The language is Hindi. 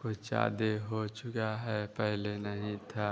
कुछ ज़्यादा हो चुका है पहले नहीं था